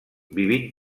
vivint